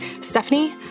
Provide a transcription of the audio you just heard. Stephanie